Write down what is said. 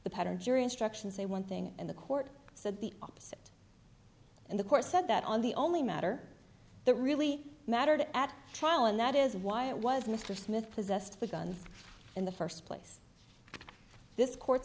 the pattern jury instructions say one thing and the court said the opposite and the court said that on the only matter the really mattered at trial and that is why it was mr smith possessed the gun in the first place this cour